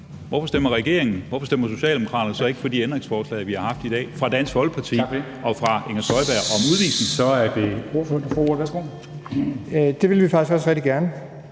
Hvorfor stemmer regeringen, hvorfor stemmer Socialdemokraterne så ikke for de ændringsforslag, vi har haft i dag fra Dansk Folkeparti og fra Inger Støjberg, om udvisning? Kl. 10:58 Formanden (Henrik Dam Kristensen):